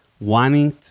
wanting